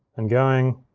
and going,